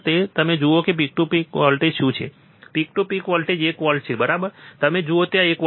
તેથી તમે જુઓ છો કે પીક ટુ પીક વોલ્ટેજ શું છે પીક ટુ પીક વોલ્ટેજ એક વોલ્ટ છે બરાબર તમે જુઓ ત્યાં 1 વોલ્ટ છે